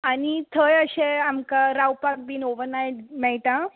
आनी थंय अशें आमकां रावपाक बी ओवरनायट मेळटा